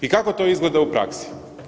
I kako to izgleda u praksi?